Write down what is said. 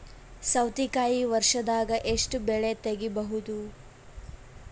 ಸೌತಿಕಾಯಿ ವರ್ಷದಾಗ್ ಎಷ್ಟ್ ಬೆಳೆ ತೆಗೆಯಬಹುದು?